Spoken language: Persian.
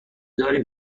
داریم